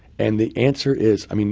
and the answer is, i mean